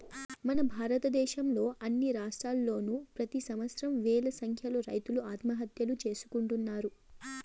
మన భారతదేశంలో అన్ని రాష్ట్రాల్లోనూ ప్రెతి సంవత్సరం వేల సంఖ్యలో రైతులు ఆత్మహత్యలు చేసుకుంటున్నారు